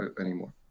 anymore